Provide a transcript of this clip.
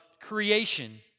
creation